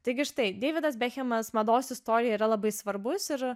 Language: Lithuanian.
taigi štai deividas bekhemas mados istorijoj yra labai svarbus ir